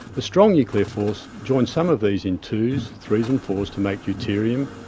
the strong nuclear force joined some of these into twos, threes and fours to make deuterium,